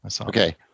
Okay